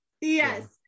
yes